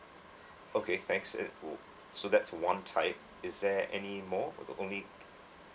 okay thanks it wou~ so that's one type is there any more o~ only